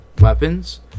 weapons